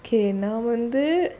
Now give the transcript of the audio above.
K நான்வந்து:nan vandhu